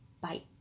Bye